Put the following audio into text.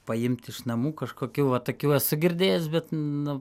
paimt iš namų kažkokių va tokių esu girdėjęs bet nu